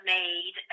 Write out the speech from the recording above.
made